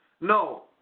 No